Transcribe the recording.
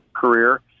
career